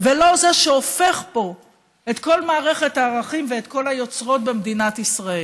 ולא זה שהופך פה את כל מערכת הערכים ואת כל היוצרות במדינת ישראל.